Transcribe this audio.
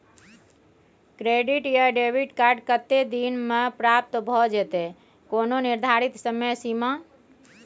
Credit या debit card कत्ते दिन म प्राप्त भ जेतै, कोनो निर्धारित समय सीमा?